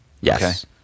Yes